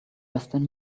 western